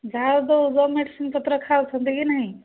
ଯାହା ଦେଉଛନ୍ତି ମେଡିସିନ୍ ପତ୍ର ଖାଉଛନ୍ତି କି ନାଇ